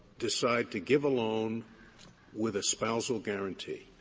decide to give a loan with a spousal guaranty?